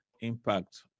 impact